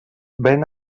ben